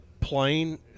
plane